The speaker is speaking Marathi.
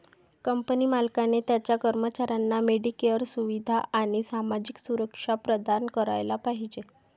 कंपनी मालकाने त्याच्या कर्मचाऱ्यांना मेडिकेअर सुविधा आणि सामाजिक सुरक्षा प्रदान करायला पाहिजे